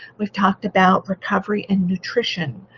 we've talked about recovery and nutrition.